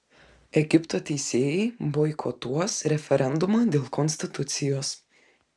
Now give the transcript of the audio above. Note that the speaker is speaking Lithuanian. egipto teisėjai boikotuos referendumą dėl konstitucijos